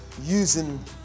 using